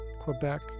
Quebec